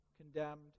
Condemned